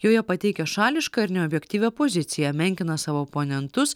joje pateikia šališką ir neobjektyvią poziciją menkina savo oponentus